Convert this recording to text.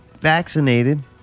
vaccinated